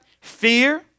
Fear